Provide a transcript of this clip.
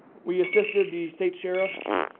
we assisted the state sheriffs